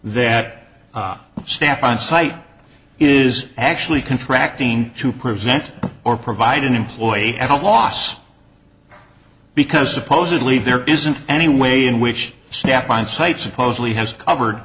that staff onsite is actually contract to prevent or provide an employee at a loss because supposedly there isn't any way in which snap on site supposedly has cover